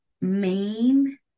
main